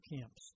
camps